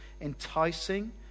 enticing